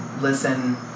Listen